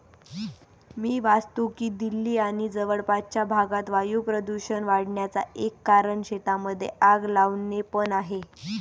मी वाचतो की दिल्ली आणि जवळपासच्या भागात वायू प्रदूषण वाढन्याचा एक कारण शेतांमध्ये आग लावणे पण आहे